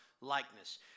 likeness